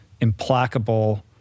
implacable